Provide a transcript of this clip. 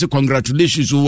Congratulations